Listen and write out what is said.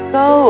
go